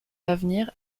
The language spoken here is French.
l’avenir